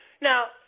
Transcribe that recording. Now